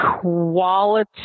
quality